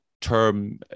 term